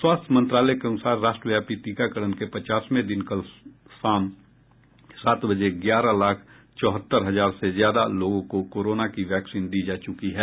स्वास्थ्य मंत्रालय के अनुसार राष्ट्रव्यापी टीकाकरण के पचासवें दिन कल शाम सात बजे तक ग्यारह लाख चौहत्तर हजार से ज्यादा लोगों को कोरोना की वैक्सीन दी जा चुकी है